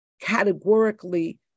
categorically